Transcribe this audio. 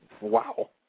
Wow